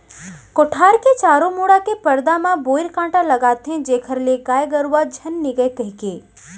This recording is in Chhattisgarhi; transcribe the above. कोठार के चारों मुड़ा के परदा म बोइर कांटा लगाथें जेखर ले गाय गरुवा झन निगय कहिके